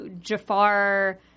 Jafar